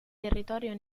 territorio